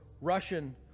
Russian